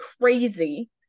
crazy